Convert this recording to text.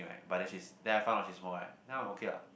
right but then she's then I found out she smoke right then I'm okay ah